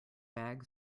bag